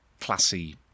classy